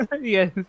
Yes